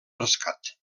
rescat